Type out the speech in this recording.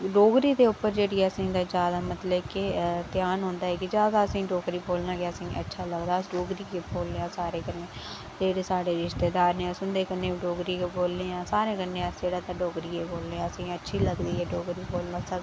डोगरी के उप्पर जेह्ड़ी असेंगी ते ज्यादा मतलब के ध्यान होंदा ऐ कि ज्यादा असेंगी डोगरी बोलना गै अच्छा लगदा अस डोगरी के बोलने आं सारें कन्नै जेह्ड़े साढ़े रिश्तेदार न अस उन्दे कन्नै बी डोगरी गै बोलने आं सारें कन्नै अस जेह्ड़ा इत्थै डोगरी गै बोलने आं असेंगी अच्छी लगदी ऐ डोगरी बोलना